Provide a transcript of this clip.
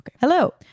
hello